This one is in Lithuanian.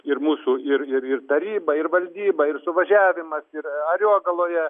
ir mūsų ir ir ir taryba ir valdyba ir suvažiavimas ir ariogaloje